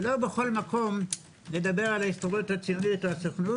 שלא בכל מקום נדבר על ההסתדרות הציונות או הסוכנות.